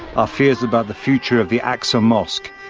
are fears about the future of the al-aqsa mosque.